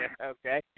Okay